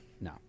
No